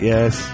Yes